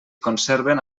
conserven